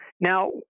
now